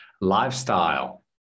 lifestyle